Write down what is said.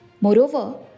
Moreover